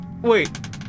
Wait